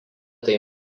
tai